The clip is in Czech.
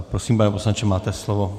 Prosím, pane poslanče, máte slovo.